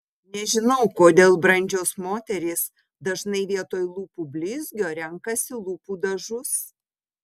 nežinau kodėl brandžios moterys dažnai vietoj lūpų blizgio renkasi lūpų dažus